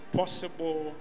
possible